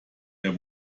der